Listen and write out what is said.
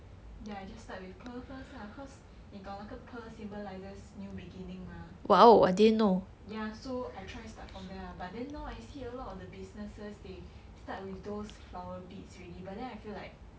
then I just start with pearl first lah cause 你懂那个 pearl symbolizes new beginning mah ya so I try start from there lah but then now I see a lot of the businesses they start with those flower beads already but then I feel like